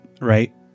right